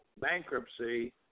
bankruptcy